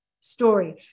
story